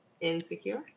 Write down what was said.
Insecure